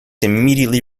immediately